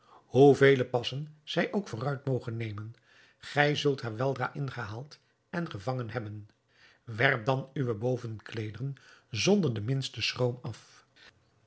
hoe vele passen zij ook vooruit moge nemen gij zult haar weldra ingehaald en gevangen hebben werp dan uwe boven kleederen zonder den minsten schroom af